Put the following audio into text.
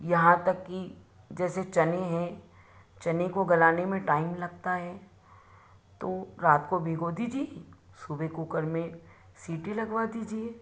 यहाँ तक कि जैसे चने हैं चने को गलाने में टाइम लगता है तो रात को भिगो दीजिए सुबह कुकर में सिटी लगवा दीजिए